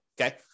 Okay